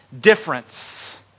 difference